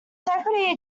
secretary